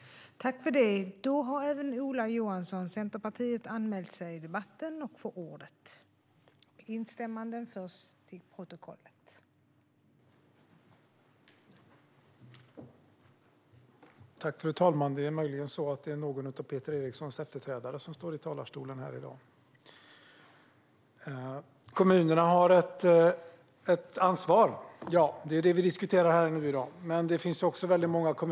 När?